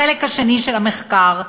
החלק השני של המחקר,